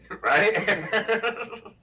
right